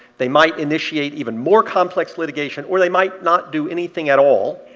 they might initiate even more complex litigation, or they might not do anything at all.